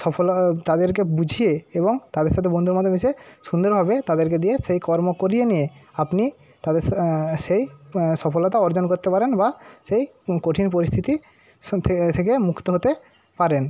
সফল তাদেরকে বুঝিয়ে এবং তাদের সাথে বন্ধুর মতো মিশে সুন্দরভাবে তাদেরকে দিয়ে সেই কর্ম করিয়ে নিয়ে আপনি তাদের স সেই সফলতা অর্জন করতে পারেন বা সেই কঠিন পরিস্থিতি স থে থেকে মুক্ত হতে পারেন